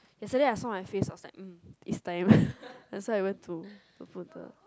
yesterday I saw my face is like mm is time that why I went to put the